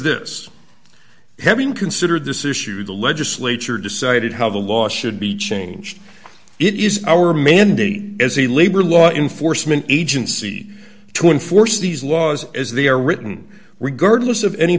this having considered this issue the legislature decided how the law should be changed it is our mandate as a labor law enforcement agency to enforce these laws as they are written regardless of any